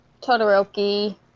Todoroki